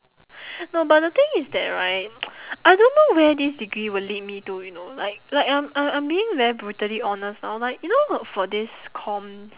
no but the thing is that right I don't know where this degree will lead me to you know like like I'm I'm I'm being very brutally honest now like you know for this comm~